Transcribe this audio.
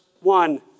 one